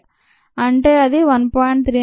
అంటే అది 1